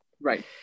Right